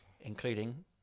including